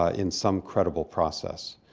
ah in some credible process.